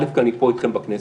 א' כי אני פה אתכם בכנסת,